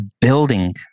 building